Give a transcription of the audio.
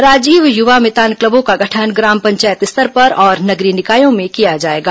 राजीव युवा मितान क्लबों का गठन ग्राम पंचायत स्तर पर और नगरीय निकायों में किया जाएगा